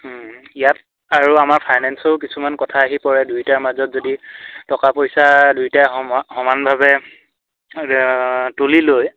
ইয়াত আৰু আমাৰ ফাইনেন্সৰো কিছুমান কথা আহি পৰে দুয়োটাৰ মাজত যদি টকা পইচা দুয়োটাই সম সমানভাৱে তুলি লৈ